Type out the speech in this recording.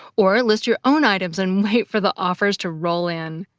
or list your own items and wait for the offers to roll in.